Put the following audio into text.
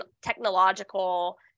technological